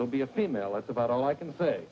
will be a female that's about all i can say